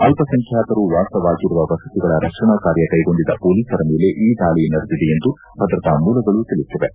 ಅಲ್ಪಸಂಖ್ಯಾತರು ವಾಸವಾಗಿರುವ ವಸತಿಗಳ ರಕ್ಷಣಾ ಕಾರ್ಯ ಕೈಗೊಂಡಿದ್ದ ಪೊಲೀಸರ ಮೇಲೆ ಈ ದಾಳಿ ನಡೆದಿದೆ ಎಂದು ಭದ್ರತಾ ಮೂಲಗಳು ತಿಳಿಸಿವೆ